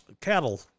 cattle